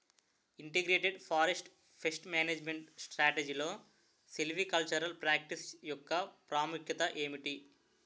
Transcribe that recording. Integrated forest pest management స్ట్రాటజీలో silvicultural practice యెక్క ప్రాముఖ్యత ఏమిటి??